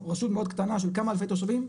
רשות מאוד קטנה עם כמה אלפי תושבים.